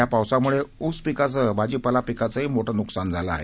या पावसामुळे ऊस पिकासह भाजीपाला पिकाचंही मोठं नुकसान झालं आहे